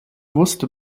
wusste